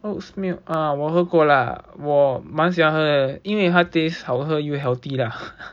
oat's milk um 我喝过啦我蛮喜欢喝因为它 taste 好喝又 healthy lah